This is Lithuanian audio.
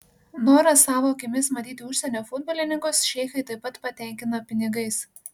norą savo akimis matyti užsienio futbolininkus šeichai taip pat patenkina pinigais